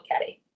Caddy